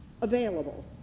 available